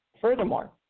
Furthermore